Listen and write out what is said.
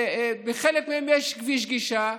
ובחלק מהם יש כביש גישה.